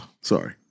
sorry